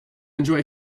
enjoy